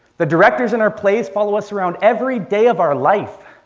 the directors in our plays follow us around every day of our life.